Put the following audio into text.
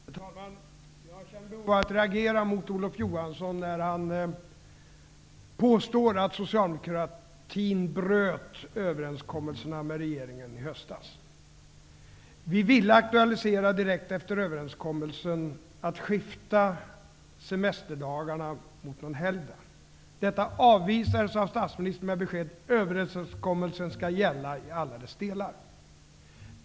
Herr talman! Jag har ett behov av att reagera mot Olof Johansson, när han påstår att socialdemokratin bröt överenskommelsen med regeringen i höstas. Vi ville direkt efter överenskommelsen aktualisera att man skulle skifta semesterdagarna mot en helgdag. Detta förslag avvisades av statsministern med beskedet att överenskommelsen skall gälla i alla sina delar.